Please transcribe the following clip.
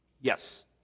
Yes